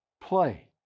play